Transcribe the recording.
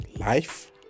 life